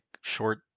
short